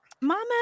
Mama